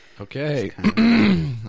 Okay